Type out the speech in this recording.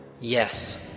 Yes